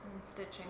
stitching